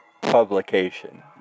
publication